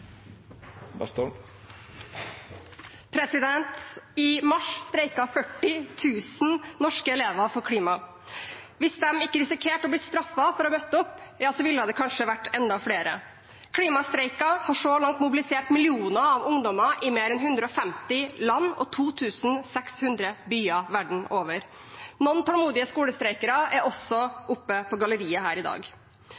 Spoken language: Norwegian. I mars streiket 40 000 norske elever for klima. Hvis de ikke hadde risikert å bli straffet for å ha møtt opp, ville det kanskje vært enda flere. Klimastreiker har så langt mobilisert millioner av ungdommer i mer enn 150 land og 2 600 byer verden over. Noen tålmodige skolestreikere er også